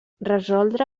resoldre